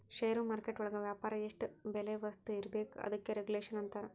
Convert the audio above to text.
ಷೇರು market ಒಳಗ ವ್ಯಾಪಾರ ಎಷ್ಟ್ ಬೆಲೆ ವಸ್ತು ಇರ್ಬೇಕು ಅದಕ್ಕೆ ರೆಗುಲೇಷನ್ ಅಂತರ